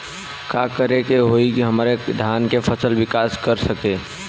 का करे होई की हमार धान के फसल विकास कर सके?